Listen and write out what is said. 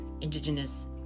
indigenous